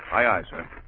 isaac